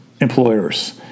employers